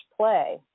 play